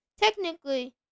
technically